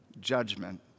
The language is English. judgment